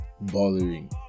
bothering